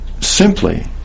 simply